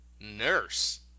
nurse